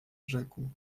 rzekł